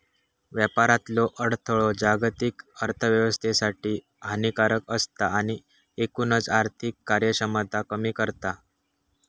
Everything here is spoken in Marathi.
व्यापारातलो अडथळो जागतिक अर्थोव्यवस्थेसाठी हानिकारक असता आणि एकूणच आर्थिक कार्यक्षमता कमी करता